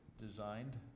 designed